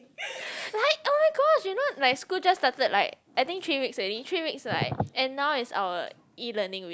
like oh-my-gosh you know like school just started like I think three weeks only three weeks right and now is our E learning week